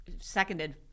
seconded